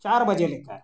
ᱪᱟᱨ ᱵᱟᱡᱮ ᱞᱮᱠᱟ